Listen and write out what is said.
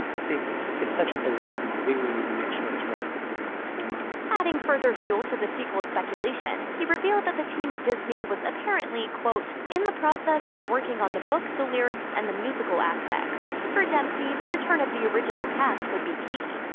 i think it's such a beloved movie we need to make sure it's right before we move forward. adding further fuel to the sequel speculation, he revealed that the team at disney was apparently, quote, in the process of working on the book, the lyrics and the musical aspects. for dempsey, the return of the original cast would be key.